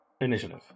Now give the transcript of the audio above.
Initiative